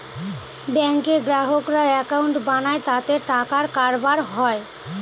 ব্যাঙ্কে গ্রাহকরা একাউন্ট বানায় তাতে টাকার কারবার হয়